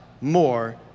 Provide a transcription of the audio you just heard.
more